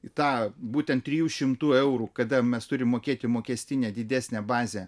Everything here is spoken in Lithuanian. tą būtent trijų šimtų eurų kada mes turim mokėti mokestinę didesnę bazę